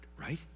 right